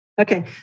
Okay